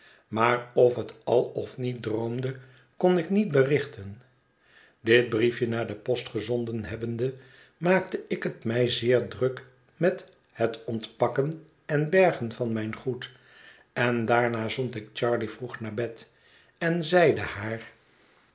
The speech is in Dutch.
maar of het al of niet droomde kon ik niet berichten dit briefje naar de post gezonden hebbende maakte ik het mij zeer druk met het ontpakken en bergen van mijn goed en daarna zond ik charley vroeg naar bed en zeide haar